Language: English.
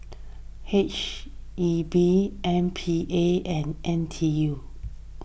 H E B M P A and N T U